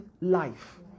life